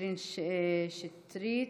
קטרין שטרית.